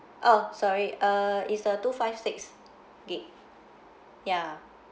oh sorry uh it's the two five six gigabyte ya